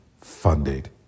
funded